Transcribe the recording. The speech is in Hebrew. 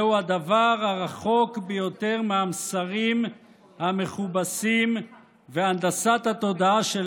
זהו הדבר הרחוק ביותר מהמסרים המכובסים ומהנדסת התודעה של